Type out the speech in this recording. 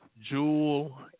Jewel